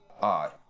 odd